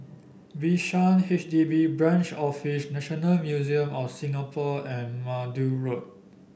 Bishan H D B Branch Office National Museum of Singapore and Maude Road